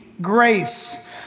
grace